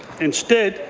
instead,